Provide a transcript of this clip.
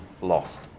lost